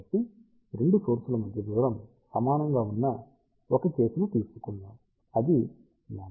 కాబట్టి 2 సోర్సుల మధ్య దూరం సమానంగా ఉన్న ఒక కేసుని తీసుకుందాం అది λ2